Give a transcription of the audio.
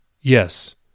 yes